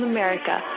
America